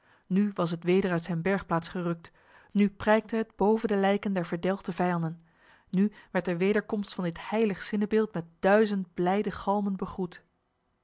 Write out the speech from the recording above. nu was het weder uit zijn bergplaats gerukt nu prijkte het boven de lijken der verdelgde vijanden nu werd de wederkomst van dit heilig zinnebeeld met duizend blijde galmen begroet